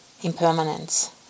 impermanence